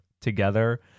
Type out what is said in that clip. together